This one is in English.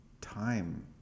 time